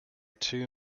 two